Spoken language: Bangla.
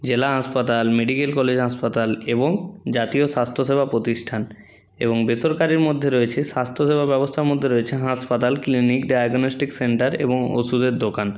জেলা হাসপাতাল মেডিকেল কলেজ হাসপাতাল এবং জাতীয় স্বাস্থ্যসেবা প্রতিষ্ঠান এবং বেসরকারির মধ্যে রয়েছে স্বাস্থ্যসেবা ব্যবস্থার মধ্যে রয়েছে হাসপাতাল ক্লিনিক ডায়াগনস্টিক সেন্টার এবং ওষুধের দোকান